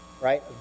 right